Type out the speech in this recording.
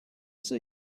see